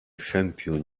champion